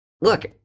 Look